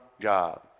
God